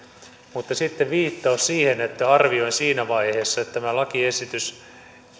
mutta sitten oli viittaus siihen kun arvioin siinä vaiheessa että tämä lakiesitys